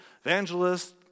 evangelists